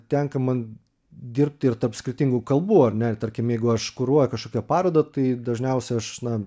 tenka man dirbti ir tarp skirtingų kalbų ar ne tarkim jeigu aš kuruoju kažkokią parodą tai dažniausiai aš na